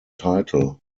title